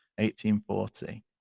1840